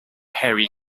hairy